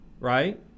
right